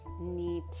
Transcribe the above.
need